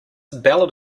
ballad